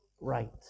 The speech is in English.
right